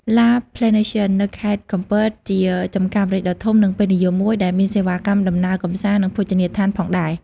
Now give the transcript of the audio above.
La Plantation នៅខេត្តកំពតជាចម្ការម្រេចដ៏ធំ និងពេញនិយមមួយ ដែលមានសេវាកម្មដំណើរកម្សាន្ត និងភោជនីយដ្ឋានផងដែរ ។